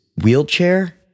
wheelchair